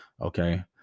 Okay